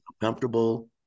comfortable